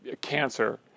cancer